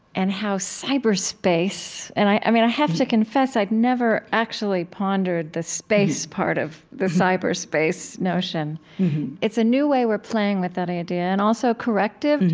and how cyberspace and i mean, i have to confess, i'd never actually pondered the space part of the cyberspace cyberspace notion it's a new way we're playing with that idea and also corrective. and